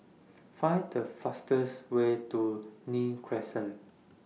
Find The fastest Way to Nim Crescent